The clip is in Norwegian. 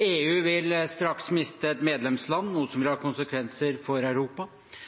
EU vil straks miste et medlemsland, noe som vil ha konsekvenser for Europa.